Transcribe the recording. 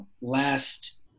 last